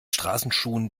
straßenschuhen